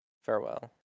Farewell